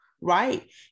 right